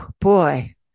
boy